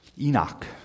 Enoch